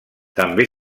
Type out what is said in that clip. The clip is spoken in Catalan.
també